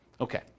Okay